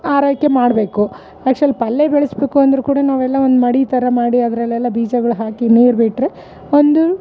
ಆರೈಕೆ ಮಾಡಬೇಕು ಆ್ಯಕ್ಚುವಲ್ ಪಲ್ಯ ಬೆಳೆಸ್ಬೇಕು ಅಂದರು ಕೂಡ ನಾವೆಲ್ಲ ಒಂದು ಮಡಿ ಈ ಥರ ಮಾಡಿ ಅದರಲ್ಲೆಲ್ಲ ಬೀಜಗಳ್ ಹಾಕಿ ನೀರು ಬಿಟ್ಟರೆ ಒಂದು